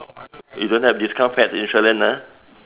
you don't have discount pet insurance ah